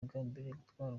gutwara